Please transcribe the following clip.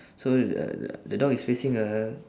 so the dog is facing a